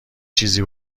چیزی